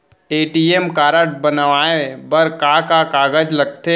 ATM card बनवाये बर का का कागज लगथे?